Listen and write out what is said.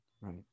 Right